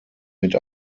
mit